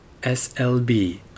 SLB